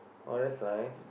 oh that's why